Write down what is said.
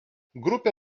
grupė